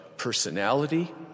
personality